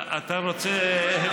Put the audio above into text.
אתה רוצה להקדים,